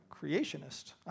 creationist